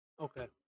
Okay